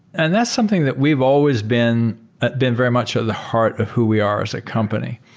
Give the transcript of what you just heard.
and that's something that we've always been ah been very much at the heart of who we are as a company.